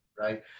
Right